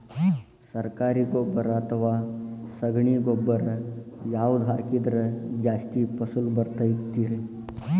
ಸರಕಾರಿ ಗೊಬ್ಬರ ಅಥವಾ ಸಗಣಿ ಗೊಬ್ಬರ ಯಾವ್ದು ಹಾಕಿದ್ರ ಜಾಸ್ತಿ ಫಸಲು ಬರತೈತ್ರಿ?